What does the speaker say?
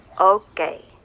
Okay